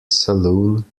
saloon